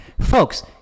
folks